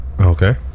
Okay